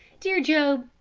dear job,